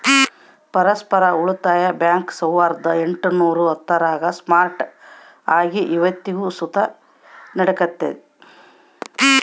ಪರಸ್ಪರ ಉಳಿತಾಯ ಬ್ಯಾಂಕ್ ಸಾವುರ್ದ ಎಂಟುನೂರ ಹತ್ತರಾಗ ಸ್ಟಾರ್ಟ್ ಆಗಿ ಇವತ್ತಿಗೂ ಸುತ ನಡೆಕತ್ತೆತೆ